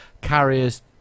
carriers